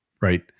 right